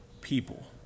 people